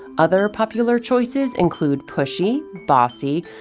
other popular choices include pushy, bossy,